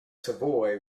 savoy